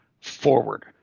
forward